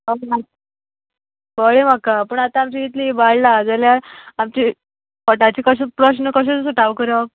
कळ्ळें म्हाका पूण आतां आमचें इतलें इबाडलां जाल्यार आमचें पोटाचो कसो प्रस्न कसो सुटावो करप